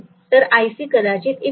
तर iC कदाचित इथे आहे